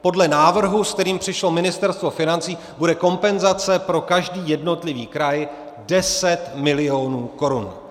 Podle návrhu, se kterým přišlo Ministerstvo financí, bude kompenzace pro každý jednotlivý kraj 10 milionů korun.